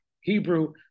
Hebrew